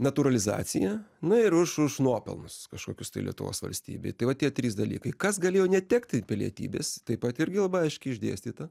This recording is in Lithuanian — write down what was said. natūralizacija na ir už už nuopelnus kažkokius tai lietuvos valstybei tai va tie trys dalykai kas galėjo netekti pilietybės taip pat irgi labai aiškiai išdėstyta